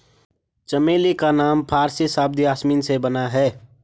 चमेली का नाम फारसी शब्द यासमीन से बना है